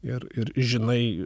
ir ir žinai